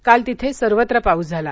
काल तिथे सर्वत्र पाऊस झाला